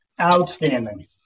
Outstanding